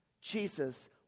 Jesus